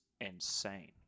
insane